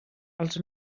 els